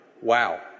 Wow